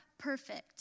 perfect